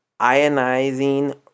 ionizing